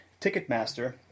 Ticketmaster